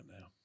now